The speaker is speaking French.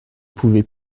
pouvez